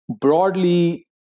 Broadly